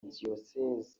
diyosezi